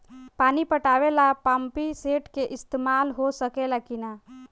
पानी पटावे ल पामपी सेट के ईसतमाल हो सकेला कि ना?